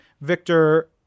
Victor